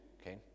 Okay